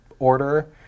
order